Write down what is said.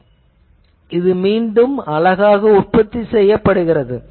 எனவே இது அழகாக மீண்டும் உற்பத்தி செய்கிறது